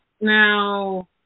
Now